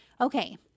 Okay